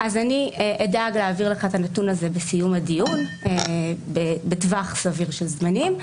אני אדאג להעביר לך את הנתון הזה בסיום הדיון בטווח סביר של זמנים.